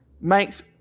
makes